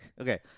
Okay